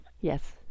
Yes